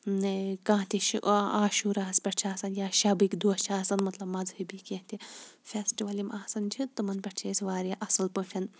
نے کانٛہہ تہِ چھُ آ عاشوٗراہَس پیٹھ چھِ آسان یا شَبٕکۍ دۄہ چھِ آسان مَطلَب مَذہبی کینٛہہ تہِ فیسٹِوَل یِم آسان چھِ تِمَن پیٹھ چھِ أسۍ واریاہ اصل پٲٹھۍ